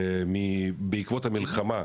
בעקבות המלחמה,